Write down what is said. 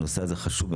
הנושא הזה חשוב.